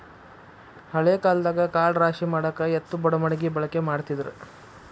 ಹಳೆ ಕಾಲದಾಗ ಕಾಳ ರಾಶಿಮಾಡಾಕ ಎತ್ತು ಬಡಮಣಗಿ ಬಳಕೆ ಮಾಡತಿದ್ರ